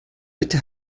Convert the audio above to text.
bitte